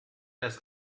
das